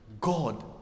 God